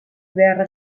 behar